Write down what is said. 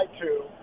two